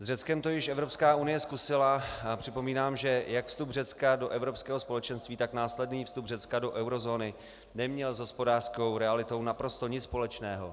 S Řeckem to již Evropská unie zkusila a připomínám, že jak vstup Řecka do Evropského společenství, tak následný vstup Řecka do eurozóny neměl s hospodářskou realitou naprosto nic společného.